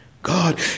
God